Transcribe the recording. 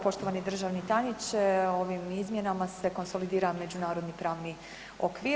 Poštovani državni tajniče ovim izmjenama se konsolidira međunarodni pravni okvir.